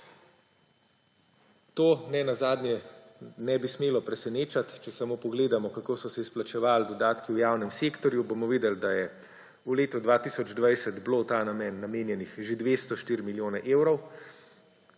To nenazadnje ne bi smelo presenečati. Če samo pogledamo, kako so se izplačevali dodatki v javnem sektorju, bomo videli, da je bilo v letu 2020 v ta namen namenjenih že 204 milijone evrov,